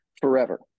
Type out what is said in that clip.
forever